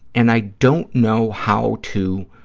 and i don't know how to